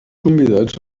convidats